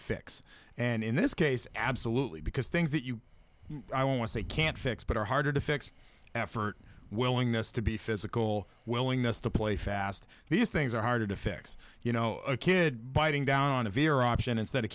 fix and in this case absolutely because things that you i want to say can't fix but are harder to fix effort willingness to be physical willingness to play fast these things are harder to fix you know a kid biting down on a veer option instead of